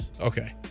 Okay